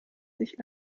nicht